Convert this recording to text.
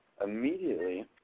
Immediately